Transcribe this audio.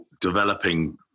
developing